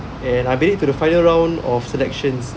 and I believe to the final round of selections